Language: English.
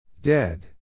Dead